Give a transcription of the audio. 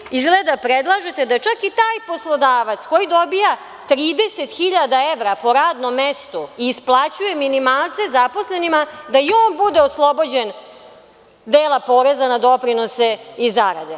Sada vi izgleda predlažete da čak i taj poslodavac koji dobija 30.000 evra po radnom mestu i isplaćuje minimalce zaposlenima, da i on bude oslobođen dela poreza na doprinose i zarade.